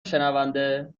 شنونده